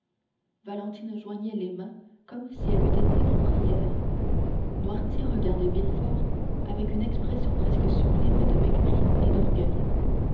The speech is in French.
valentine joignait les mains comme si elle eût été en prières noirtier regardait villefort avec une expression presque sublime de mépris et d'orgueil